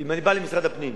אם אני בא למשרד הפנים